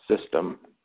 system